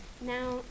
Now